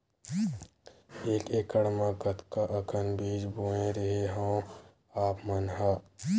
एक एकड़ म कतका अकन बीज बोए रेहे हँव आप मन ह?